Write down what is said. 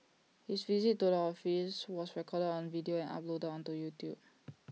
his visit to the office was recorded on video and uploaded onto YouTube